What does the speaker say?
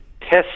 test